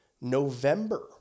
November